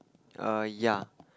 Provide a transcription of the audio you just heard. err ya